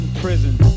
prison